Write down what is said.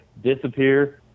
disappear